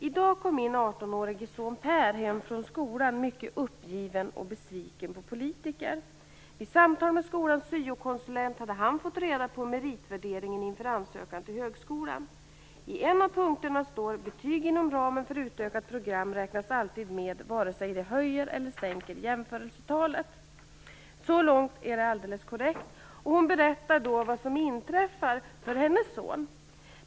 I dag kom min 18-årige son Per hem från skolan mycket uppgiven och besviken på politiker. I samtal med skolans syokonsulent hade han fått reda på meritvärderingen inför ansökan till högskolan. I en av punkterna står: Betyg inom ramen för utökat program räknas alltid med vare sig det höjer eller sänker jämförelsetalet. Så långt är det alldeles korrekt. Hon berättar sedan vad som inträffar för hennes son.